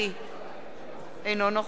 אינו נוכח רוני בר-און,